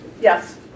yes